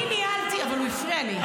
-- אני ניהלתי, אבל הוא הפריע לי.